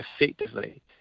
effectively